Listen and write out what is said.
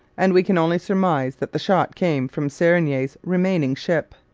and we can only surmise that the shot came from serigny's remaining ship.